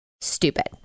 stupid